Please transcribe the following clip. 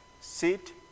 sit